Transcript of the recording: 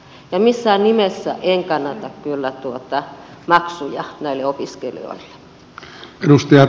ja missään nimessä en kannata kyllä maksuja näille opiskelijoille